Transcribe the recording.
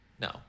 No